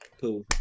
Cool